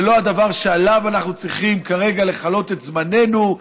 זה לא הדבר שעליו אנחנו צריכים כרגע לכלות את זמננו.